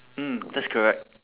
mm that's correct